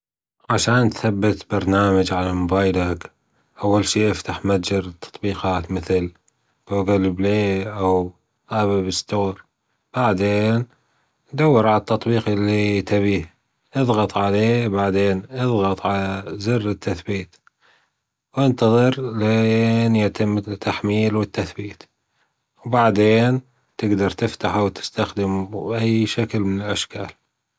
عشان تثبت برنامج على موبايلك، أول شي إفتح متجر التطبيقات مثل جوجل بلاي أو أبل ستور، بعدين دور عالتطبيق اللي تبيه، إضغط عليه بعدين إضغط على زر التثبيت، إنتظر لين يتم التحميل والتثبيت، وبعدين تجدر تفتحه وتستخدمه بأي شكل من الأشكال.